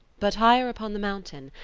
but higher upon the mountain,